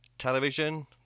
Television